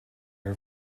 her